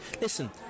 Listen